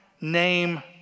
name